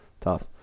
Tough